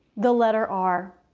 the letter r.